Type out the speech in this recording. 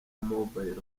mobile